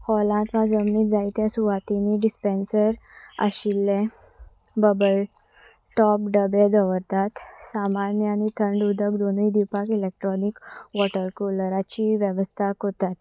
हॉलांत वा जमनींत जायते सुवातीनी डिसपेन्सर आशिल्ले बबल टॉप डबे दवरतात सामान्य आनी थंड उदक दोनूय दिवपाक इलेक्ट्रोनीक वॉटर कुलराची वेवस्था कोतात